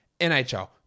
NHL